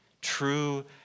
True